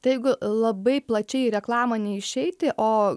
tai jeigu labai plačiai į reklamą neišeiti o